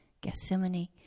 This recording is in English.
Gethsemane